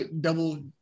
double